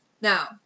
Now